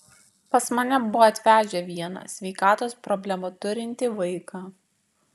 pas mane buvo atvežę vieną sveikatos problemų turintį vaiką